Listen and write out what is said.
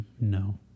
no